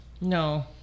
No